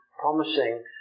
promising